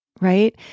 right